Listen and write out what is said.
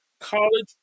college